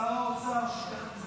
שר האוצר שיתף עם זה